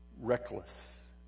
reckless